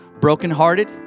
brokenhearted